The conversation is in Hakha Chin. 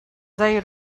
zei